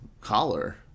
collar